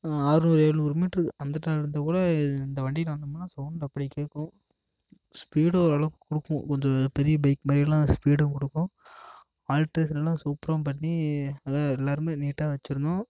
அறுநூறு எழுநூறு மீட்டர் அந்த இருந்தால் கூட இந்த வண்டியில வந்தோமுன்னா சவுண்டு அப்படி கேட்கும் ஸ்பீடும் ஓரளவுக்கு கொடுக்கும் கொஞ்சம் பெரிய பைக் மாதிரியெல்லாம் ஸ்பீடை கொடுக்கும் ஆல்ட்ரேஷன் எல்லாம் சூப்பராக பண்ணி நல்லா எல்லாருமே நீட்டாக வச்சிருந்தோம்